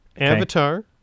Avatar